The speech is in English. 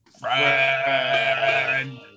friend